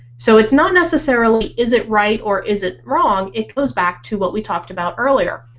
so it's not necessarily is it right or is it wrong, it goes back to what we talked about earlier,